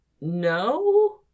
No